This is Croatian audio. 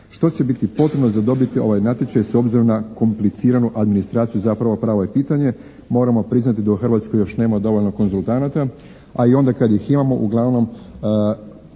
Što će biti potrebno za dobiti ovaj natječaj s obzirom na kompliciranu administraciju zapravo pravo je pitanje, moramo priznati da u Hrvatskoj još nema dovoljno konzultanata, a i onda kad ih imamo uglavnom